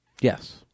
yes